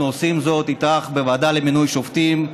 אנחנו עושים זאת איתך בוועדה למינוי שופטים,